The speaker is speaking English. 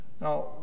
Now